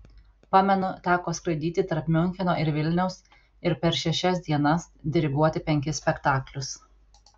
pamenu teko skraidyti tarp miuncheno ir vilniaus ir per šešias dienas diriguoti penkis spektaklius